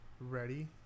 ready